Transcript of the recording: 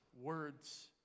words